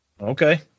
Okay